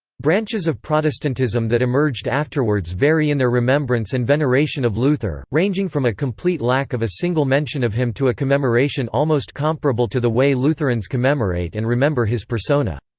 branches of protestantism that emerged afterwards vary in their remembrance and veneration of luther, ranging from a complete lack of a single mention of him to a commemoration almost comparable to the way lutherans commemorate and remember his persona.